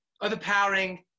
overpowering